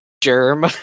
germ